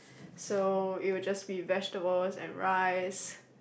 so it will just be vegetables and rice